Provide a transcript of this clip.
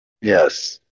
Yes